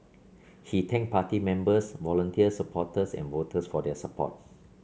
he thanked party members volunteers supporters and voters for their support